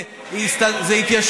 זה שטח